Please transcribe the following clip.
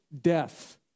death